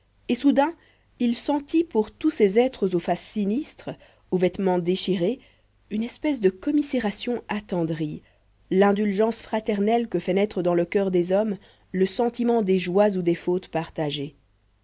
et soudain il sentit pour tous ces êtres aux faces sinistres aux vêtements déchirés une espèce de commisération attendrie l'indulgence fraternelle que fait naître dans le coeur des hommes le sentiment des joies ou des fautes partagées